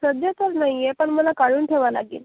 सध्या तर नाही आहे पण मला काढून ठेवावा लागेल